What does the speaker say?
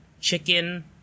chicken